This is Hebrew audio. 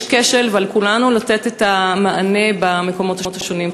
יש כשל, ועל כולנו לתת את המענה במקומות השונים.